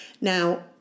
Now